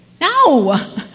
No